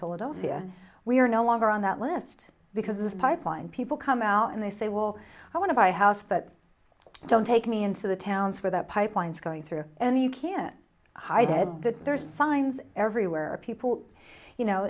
philadelphia we are no longer on that list because this pipeline people come out and they say well i want to buy a house but don't take me into the towns where that pipeline is going through and you can't hide head that there are signs everywhere people you know